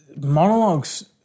monologues